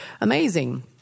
amazing